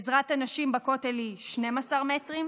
עזרת הנשים בכותל היא 12 מטר,